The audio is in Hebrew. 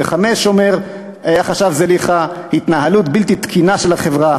5. אומר החשב זליכה: התנהלות בלתי תקינה של החברה,